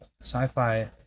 Sci-fi